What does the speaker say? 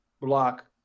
block